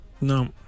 No